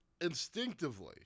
instinctively